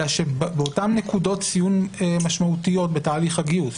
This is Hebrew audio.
אלא שבאותן נקודות ציון משמעותיות בתהליך הגיוס,